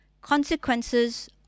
consequences